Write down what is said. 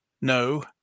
no